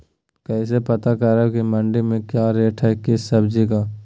कैसे पता करब की मंडी में क्या रेट है किसी सब्जी का?